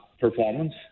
performance